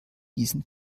diesen